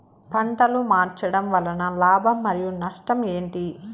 పంటలు మార్చడం వలన లాభం మరియు నష్టం ఏంటి